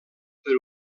per